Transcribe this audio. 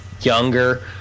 younger